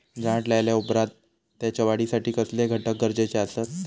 झाड लायल्या ओप्रात त्याच्या वाढीसाठी कसले घटक गरजेचे असत?